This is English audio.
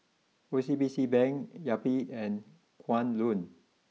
O C B C Bank Yupi and Kwan Loong